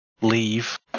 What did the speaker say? leave